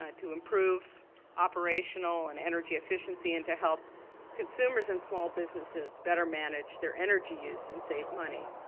ah to improve operational and energy efficiency and to help consumers and small businesses better manage their energy use and save money.